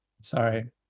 Sorry